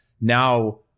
Now